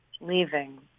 leaving